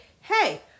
hey